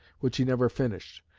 which he never finished,